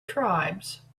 tribes